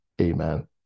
Amen